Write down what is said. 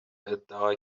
ادعا